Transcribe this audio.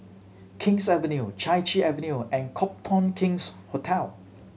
King's Avenue Chai Chee Avenue and Copthorne King's Hotel